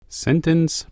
sentence